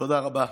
תודה רבה.